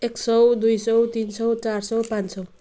एक सौ दुई सौ तिन सौ चार सौ पाँच सौ